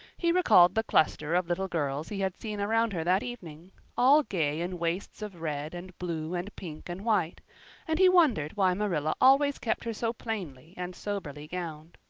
he recalled the cluster of little girls he had seen around her that evening all gay in waists of red and blue and pink and white and he wondered why marilla always kept her so plainly and soberly gowned.